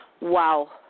Wow